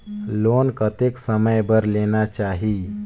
Loan कतेक समय बर लेना चाही?